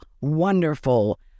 wonderful